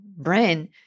Brain